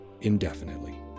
indefinitely